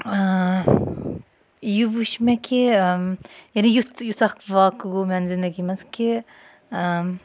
یہِ وٕچھ مےٚ کہِ یعنی یُتھ یُتھ اکھ واقعہ گوٚو میانہٕ زِندَگی مَنٛز کہِ